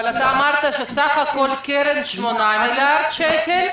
אבל אתה אמרת שסך הכול קרן של 8 מיליארד שקלים.